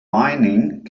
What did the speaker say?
mining